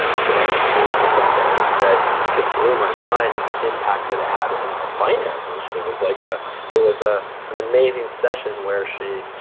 connected me into some things that just blew my mind, and the impact that it had in and my finances. it was like ah it was ah an amazing session where she.